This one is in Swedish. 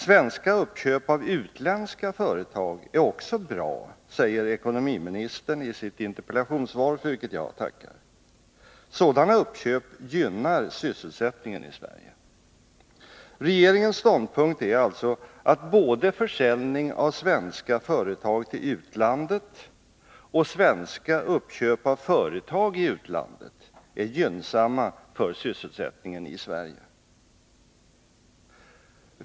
Svenska uppköp av utländska företag är också bra, säger ekonomiministern i sitt interpellationssvar, för vilket jag tackar. Sådana uppköp gynnar sysselsättningen i Sverige. Regeringens ståndpunkt är alltså att både försäljning av svenska företag till utlandet och svenska uppköp av företag i utlandet är gynnsamma för sysselsättningen i Sverige.